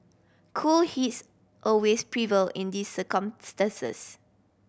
cool heads always prevail in these circumstances